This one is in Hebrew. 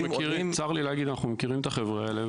צר לי להגיד אנחנו מכירים את החבר'ה האלה,